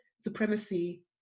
supremacy